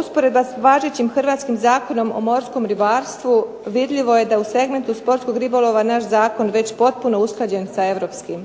usporedba s važećim hrvatskim Zakonom o morskom ribarstvu vidljivo je da u segmentu sportskog ribolova naš zakon već potpuno usklađen sa europskim.